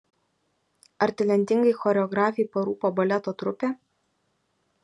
ar talentingai choreografei parūpo baleto trupė